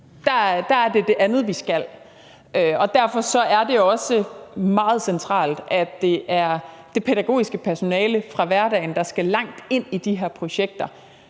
er det det andet, vi skal, og derfor er det også meget centralt, at det er det pædagogiske personale fra hverdagen, der skal langt ind i de her projekter,